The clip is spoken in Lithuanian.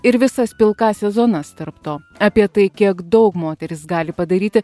ir visas pilkąsias zonas tarp to apie tai kiek daug moterys gali padaryti